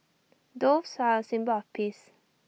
doves are A symbol of peace